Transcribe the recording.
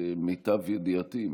למיטב ידיעתי,